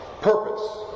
Purpose